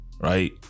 right